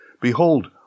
Behold